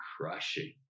crushing